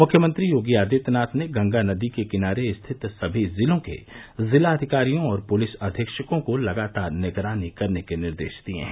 मुख्यमंत्री योगी आदित्यनाथ ने गंगा नदी के किनारे स्थित समी जिलों के जिलाधिकारियों और पुलिस अधीक्षकों को लगातार निगरानी करने के निर्देश दिये हैं